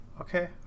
okay